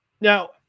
Now